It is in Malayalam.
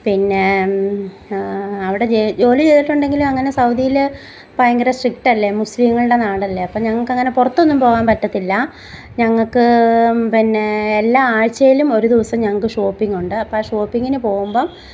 പിന്നെ അവിടെ ജോലി ചെയ്തിട്ടൊണ്ടങ്കിലും അങ്ങനെ സൗദിയിൽ ഭയങ്കര സ്ട്രിറ്റ് അല്ലേ മുസ്ലിങ്ങളുടെ നാട് അല്ലേ അപ്പം ഞങ്ങൾക്ക് അങ്ങനെ പുറത്തൊന്നും പോകാൻ പറ്റത്തില്ല ഞങ്ങൾക്ക് പിന്നെ എല്ലാ ആഴ്ചയിലും ഒരു ദിവസം ഞങ്ങൾക്ക് ഷോപ്പിങ്ങുണ്ട് അപ്പം ഷോപ്പിങ്ങിന് പോവുമ്പം